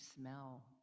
smell